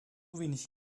wenig